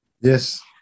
Yes